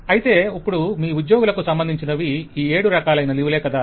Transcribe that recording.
అయితే ఇప్పుడు మీ ఉద్యోగులకు సంబంధించినవి ఈ ఏడు రకాలైన లీవ్ లే కదా